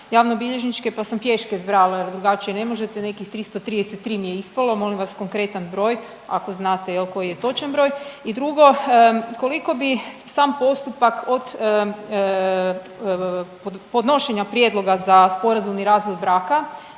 javnobilježničke pa sam pješke zbrajala jer drugačije ne možete, nekih 333 mi je ispalo, molim vas konkretan broj ako znate jel koji je točan broj. I drugo koliko bi sam postupak od podošenja prijedloga za sporazumni razvod braka